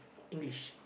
English